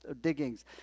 diggings